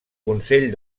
consell